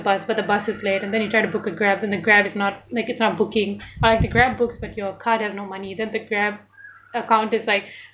bus but the bus is late and then you try to book a grab then the grab is not like it's booking or the grab books but your card has no money then the grab account is like